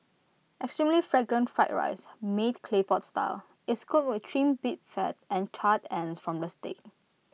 extremely Fragrant fried rice made Clay Pot Style is cooked with Trimmed beef Fat and charred ends from the steak